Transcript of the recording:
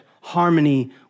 harmony